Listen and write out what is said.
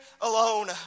alone